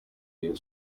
rayon